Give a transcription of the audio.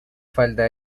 falda